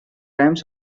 rhymes